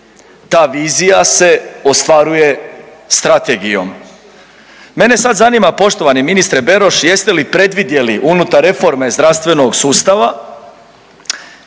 Ta vizija se ostvaruje strategijom. Mene sad zanima poštovani ministre Beroš jeste li predvidjeli unutar reforme zdravstvenog sustava